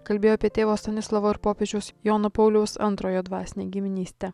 kalbėjo apie tėvo stanislovo ir popiežiaus jono pauliaus antrojo dvasinę giminystę